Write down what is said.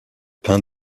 peint